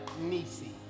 Nisi